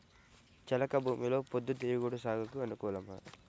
చెలక భూమిలో పొద్దు తిరుగుడు సాగుకు అనుకూలమా?